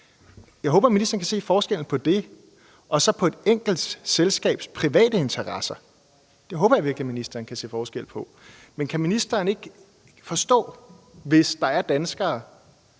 Jeg håber, ministeren kan se forskellen på det og så på et enkelt selskabs private interesser. Det håber jeg virkelig ministeren kan se forskel på. Men kan ministeren ikke forstå, hvis der er danskere,